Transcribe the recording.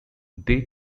they